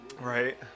Right